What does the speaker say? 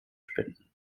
spenden